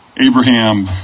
Abraham